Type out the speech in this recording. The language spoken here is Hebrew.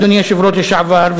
אדוני היושב-ראש לשעבר,